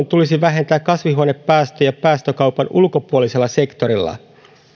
tulisi vähentää kasvihuonepäästöjä päästökaupan ulkopuolisella sektorilla